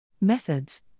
Methods